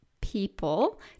people